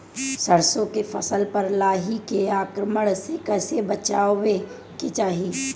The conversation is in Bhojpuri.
सरसो के फसल पर लाही के आक्रमण से कईसे बचावे के चाही?